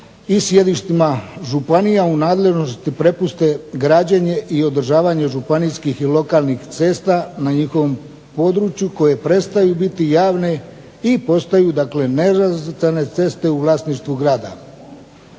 i sjedištima županija u nadležnost prepuste građenje i održavanje županijskih i lokalnih cesta na njihovom području koje prestaju biti javne i postaju nerazvrstane ceste u vlasništvu grada.